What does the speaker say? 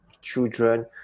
children